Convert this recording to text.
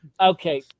okay